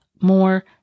more